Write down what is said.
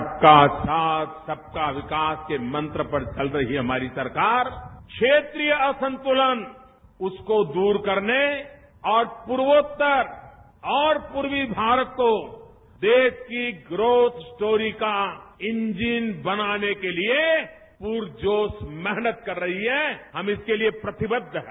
सबका साथ सबका विकास के मंत्र पर चल रही हमारी सरकार क्षेत्रीय असंतुलन उसको दूर करने और पूर्वोत्तर और पूर्वी भारत को देश की ग्रोथ स्टोरी का ईजन बनाने के लिए पुरजोर मेहनत कर रही है हम इसके लिए प्रतिबद्ध है